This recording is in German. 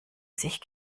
sich